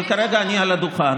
אבל כרגע אני על הדוכן.